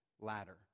ladder